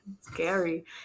scary